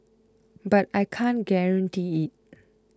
but I can't guarantee it